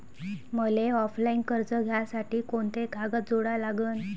मले ऑफलाईन कर्ज घ्यासाठी कोंते कागद जोडा लागन?